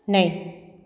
नै